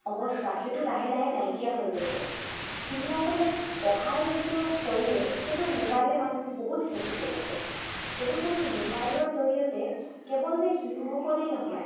অৱস্থা সেইটো লাহে লাহে নাইকিয়া হৈ গৈছে শিশুসকলে পঢ়াৰ যিটো পৰিৱেশ সেইটো মোবাইলে মানুহক বহুত ক্ষতি কৰিছে তদুপৰি মোবাইলৰ জৰিয়তে কেৱল যে শিশুসকলেই নহয়